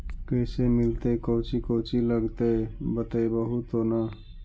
कैसे मिलतय कौची कौची लगतय बतैबहू तो न?